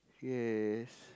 yes